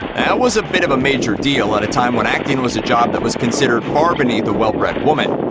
that was a bit of a major deal at a time when acting was a job that was considered far beneath a well-bred woman.